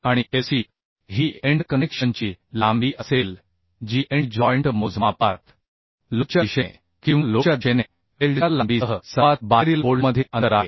आणि Lc ही end कनेक्शनची लांबी असेल जी एंड जॉइंट मोजमापात लोडच्या दिशेने किंवा लोडच्या दिशेने वेल्डच्या लांबीसह सर्वात बाहेरील बोल्टमधील अंतर आहे